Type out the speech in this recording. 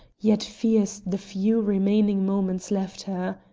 yet fears the few remaining moments left her.